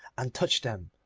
and touched them,